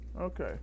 okay